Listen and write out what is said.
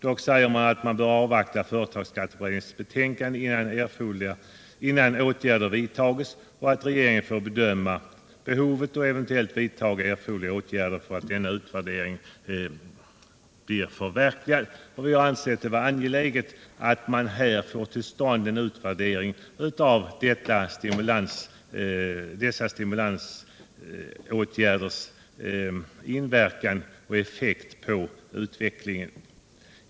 Dock säger utskottet att man bör avvakta företagsskatteberedningens betänkande innan åtgärder vidtages och att regeringen nu får bedöma behovet och eventuellt vidtaga erforderliga åtgärder för att denna utvärdering skall förverkligas. Vi har ansett det vara angeläget att här få till stånd en utvärdering av dessa stimulansåtgärders effekt på utvecklingen.